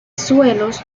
suelos